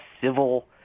civil